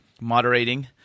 moderating